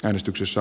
äänestyksessä